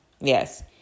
Yes